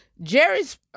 Jerry's